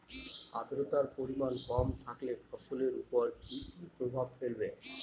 আদ্রর্তার পরিমান কম থাকলে ফসলের উপর কি কি প্রভাব ফেলবে?